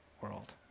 world